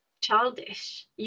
childish